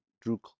drew